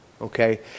Okay